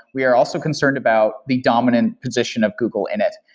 we are also concerned about the dominant position of google in it.